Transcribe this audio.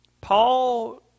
Paul